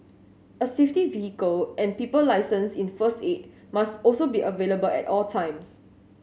a safety vehicle and people licensed in first aid must also be available at all times